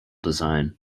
design